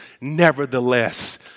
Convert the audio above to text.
nevertheless